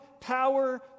power